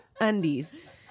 undies